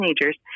teenagers